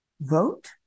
vote